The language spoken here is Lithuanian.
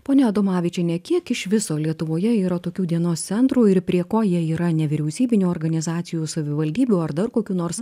pone adomavičiene kiek iš viso lietuvoje yra tokių dienos centrų ir prie ko jie yra nevyriausybinių organizacijų savivaldybių ar dar kokių nors